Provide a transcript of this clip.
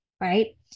right